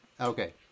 Okay